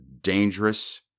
dangerous